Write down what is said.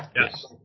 Yes